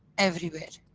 everywhere.